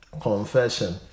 confession